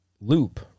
loop